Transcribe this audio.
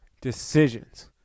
decisions